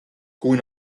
kui